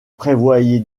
prévoyez